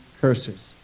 curses